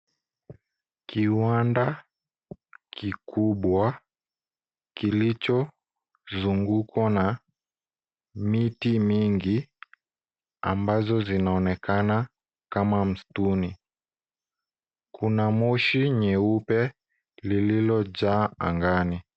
Kiwanda kikubwa kilicho zungukwa na miti mingi ambazo zinaonekana kama msituni, kuna moshi nyeupe lililo jaa angani.